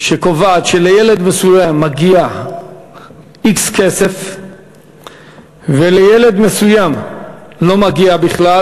שקובעת שלילד מסוים מגיעx כסף ולילד מסוים לא מגיע בכלל,